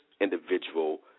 individual